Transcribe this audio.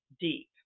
deep